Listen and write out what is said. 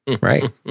right